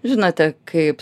žinote kaip